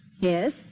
Yes